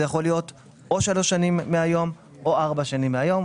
זה יכול להיות או שלוש שנים מהיום או ארבע שנים מהיום.